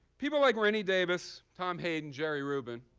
people like rennie davis, tom hayden, jerry rubin